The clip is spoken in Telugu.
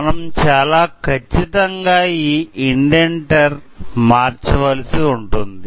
మనం చాలా కచ్చితంగా ఈ ఇండెంటర్ మార్చవలసి ఉంటుంది